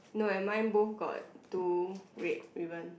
no and mine both got two red ribbon